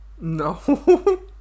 no